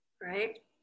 right